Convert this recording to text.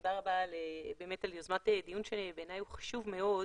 תודה רבה על יוזמת הדיון שהוא בעיני חשוב מאוד.